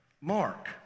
mark